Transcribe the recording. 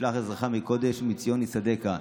ישלח עזרך מקדש ומציון יסעדך.